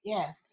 Yes